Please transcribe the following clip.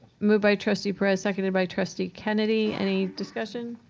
moved by trustee perez, seconded by trustee kennedy. any discussion?